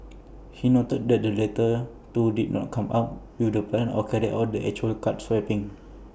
he noted that the latter two did not come up with the plan or carry out the actual card swapping